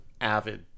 avid